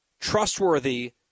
trustworthy